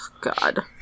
God